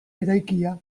eraikia